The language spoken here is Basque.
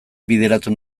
bideratu